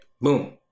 Boom